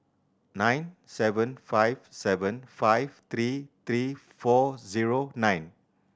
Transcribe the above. nine seven five seven five three three four zero nine